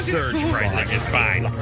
surge pricing is fine.